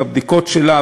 בבדיקות שלה,